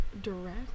direct